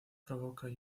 provoca